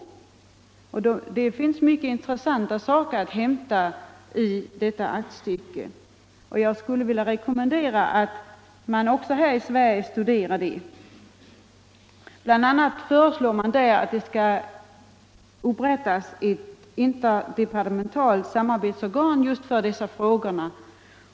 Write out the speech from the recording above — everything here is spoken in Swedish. Det finns intressanta uppslag att hämta ur detta aktstycke. Jag skulle vilja rekommendera att man studerar det också här i Sverige. BI. a. föreslås att det skall upprättas ett interdepartementalt samarbetsorgan för dessa frågor.